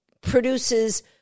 produces